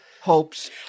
hopes